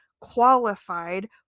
qualified